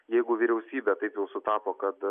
jeigu vyriausybė taip jau sutapo kad